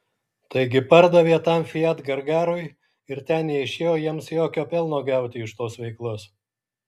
taigi pardavė tam fiat gargarui ir ten neišėjo jiems jokio pelno gauti iš tos veiklos